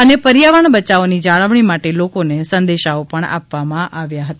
અને પર્યાવરણ બયાવોની જાળવણી માટે લોકોને સંદેશો આપવામા આવ્યો હતો